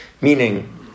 Meaning